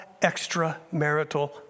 extramarital